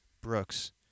Brooks